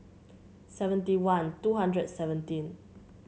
seventy one two hundred seventeen